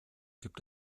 gibt